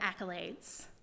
accolades